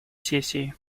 сессии